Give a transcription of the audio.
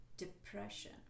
depression